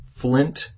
flint